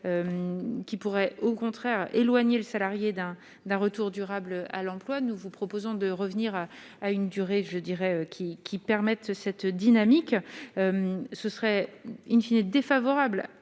qui pourrait au contraire éloigner le salarié d'un d'un retour durable à l'emploi, nous vous proposons de revenir à une durée je dirais qui qui permettent cette dynamique, ce serait in fine défavorable